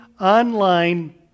online